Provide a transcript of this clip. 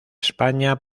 españa